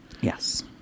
Yes